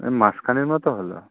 ওই মাসখানেক মতো হলো